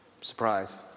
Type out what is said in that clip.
Surprise